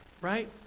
Right